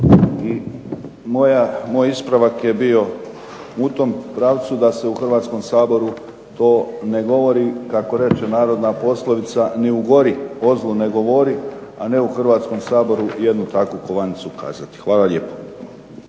I moj ispravak je bio u tom pravcu da se u Hrvatskom saboru to ne govori, kako reče narodna poslovica, ni u gori o zlu ne govori, a ne u Hrvatskom saboru jednu takvu kovanicu kazati. Hvala lijepo.